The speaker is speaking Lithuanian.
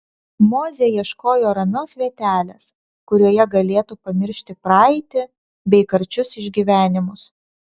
mozė ieškojo ramios vietelės kurioje galėtų pamiršti praeitį bei karčius išgyvenimus